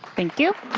thank you.